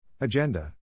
Agenda